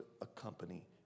accompany